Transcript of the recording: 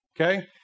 okay